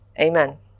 amen